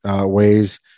ways